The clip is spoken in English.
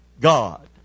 God